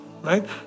right